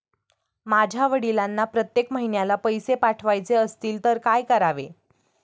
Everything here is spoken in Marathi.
माझ्या वडिलांना प्रत्येक महिन्याला पैसे पाठवायचे असतील तर काय करावे?